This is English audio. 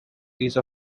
ease